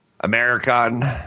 American